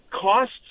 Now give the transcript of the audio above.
costs